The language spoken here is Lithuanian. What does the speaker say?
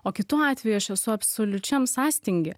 o kitu atveju aš esu absoliučiam sąstingy